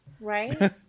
Right